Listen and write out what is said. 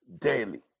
daily